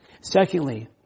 Secondly